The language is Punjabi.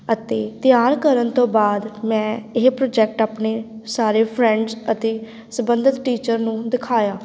ਅਤੇ ਤਿਆਰ ਕਰਨ ਤੋਂ ਬਾਅਦ ਮੈਂ ਇਹ ਪ੍ਰੋਜੈਕਟ ਆਪਣੇ ਸਾਰੇ ਫਰੈਂਡਸ ਅਤੇ ਸਬੰਧਿਤ ਟੀਚਰ ਨੂੰ ਦਿਖਾਇਆ